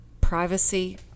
privacy